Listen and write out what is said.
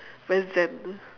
very zen